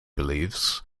believes